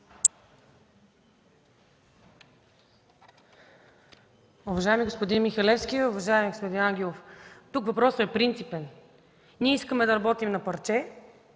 Уважаеми господин Михалевски, уважаеми господин Ангелов! Тук въпросът е принципен: ние искаме да работим на парче